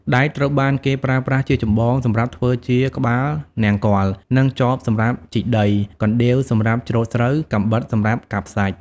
ដែកត្រូវបានគេប្រើប្រាស់ជាចម្បងសម្រាប់ធ្វើជាក្បាលនង្គ័ល និង ចបសម្រាប់ជីកដី កណ្ដៀវសម្រាប់ច្រូតស្រូវ កាំបិតសម្រាប់កាប់សាច់។